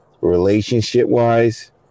relationship-wise